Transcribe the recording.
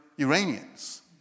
Iranians